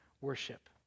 worship